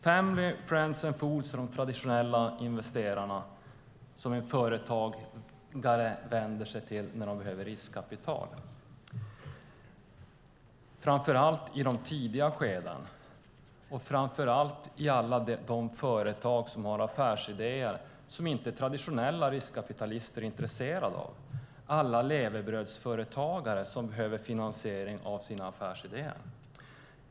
Family, friends and fools är de traditionella investerare som företagare vänder sig till när de behöver riskkapital, framför allt i tidiga skeden. Det gäller framför allt de företag som har affärsidéer som traditionella riskkapitalister inte är intresserade av, det vill säga alla levebrödsföretagare som behöver finansiering av sina affärsidéer.